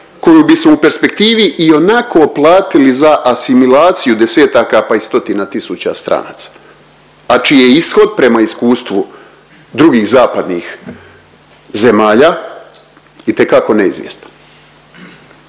koju bismo u perspektivi ionako platili za asimilaciju desetaka, pa i stotina tisuća stranaca, a čiji je ishod prema iskustvu drugih zapadnih zemalja itekako neizvjestan.